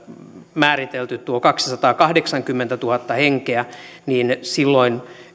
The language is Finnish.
määritelty tuo kaksisataakahdeksankymmentätuhatta henkeä niin silloin